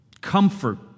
comfort